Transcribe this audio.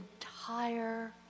entire